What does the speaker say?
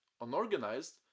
unorganized